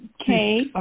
okay